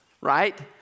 right